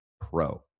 pro